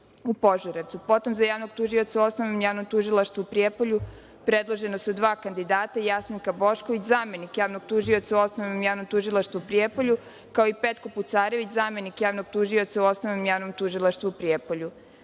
u Požarevcu.Za javnog tužioca u Osnovnom javnom tužilaštvu u Prijepolju predložena su dva kandidata, Jasminka Bošković, zamenik javnog tužioca u Osnovnom javnom tužilaštvu u Prijepolju, kao i Petko Pucarević, zamenik javnog tužioca u Osnovnom tužilaštvu u Prijepolju.Za